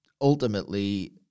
ultimately